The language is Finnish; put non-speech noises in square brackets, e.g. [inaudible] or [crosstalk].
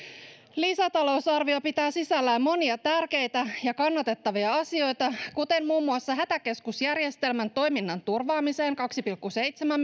lisätalousarvio pitää sisällään monia tärkeitä ja kannatettavia asioita kuten muun muassa hätäkeskusjärjestelmän toiminnan turvaamiseen kaksi pilkku seitsemän [unintelligible]